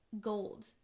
gold